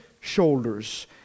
shoulders